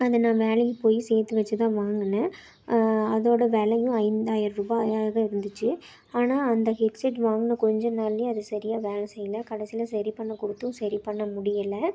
அதை நான் வேலைக்கு போய் சேர்த்து வச்சிதான் வாங்கினேன் அதோடய விலையும் ஐந்தாயிர ரூபாயாக இருந்துச்சு ஆனால் அந்த ஹெட்செட் வாங்கின கொஞ்ச நாள்லயே அது சரியாக வேலை செய்யல கடைசியில சரி பண்ண கொடுத்தும் சரி பண்ண முடியலை